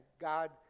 God